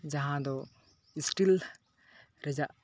ᱡᱟᱦᱟᱸ ᱫᱚ ᱥᱴᱤᱞ ᱨᱮᱡᱟᱜ